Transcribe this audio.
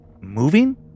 moving